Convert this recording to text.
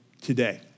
today